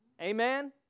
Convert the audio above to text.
Amen